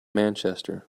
manchester